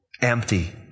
empty